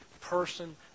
person